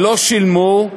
שילמו,